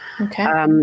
Okay